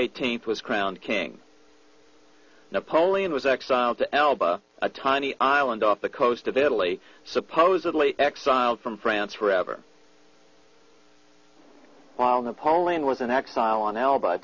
eighteenth was crowned king napoleon was exiled to elba a tiny island off the coast of italy supposedly exiled from france forever while napoleon was in exile on alibi